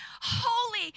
holy